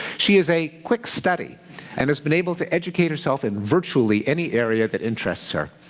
she is a quick study and has been able to educate herself in virtually any area that interests her.